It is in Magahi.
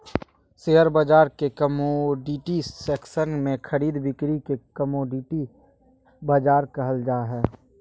शेयर बाजार के कमोडिटी सेक्सन में खरीद बिक्री के कमोडिटी बाजार कहल जा हइ